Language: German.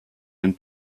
den